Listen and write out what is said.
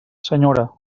senyora